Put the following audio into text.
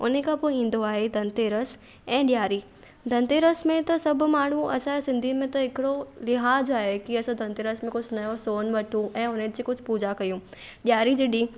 उनखां पोइ ईंदो आहे धनतेरस ऐं ॾियारी धनतेरस में त सभु माण्हू असांजो सिंधियुनि में त हिकिड़ो लिहाज़ु आहे की असां धनतेरस में कुझु नयो सोनु वठूं ऐं उनजी कुझु पूजा कयूं ॾियारीअ जे ॾींहुं